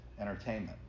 entertainment